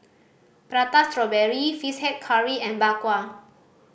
Prata Strawberry Fish Head Curry and Bak Kwa